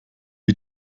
die